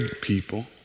people